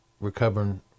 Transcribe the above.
recovering